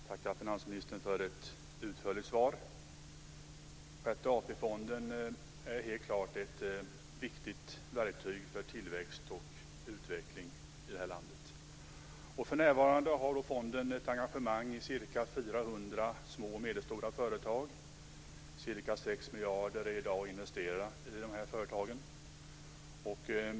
Fru talman! Jag tackar finansministern för ett utförligt svar. Sjätte AP-fonden är helt klart ett viktigt verktyg för tillväxt och utveckling i landet. För närvarande har fonden ett engagemang i ca 400 små och medelstora företag. Ca 6 miljarder är i dag investerade i de företagen.